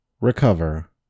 recover